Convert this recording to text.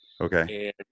Okay